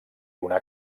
una